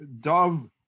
Dove